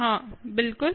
हाँ बिल्कुल